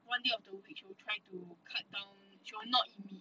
one day of the week he will try to cut down he will not eat meat